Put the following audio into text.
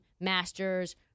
Masters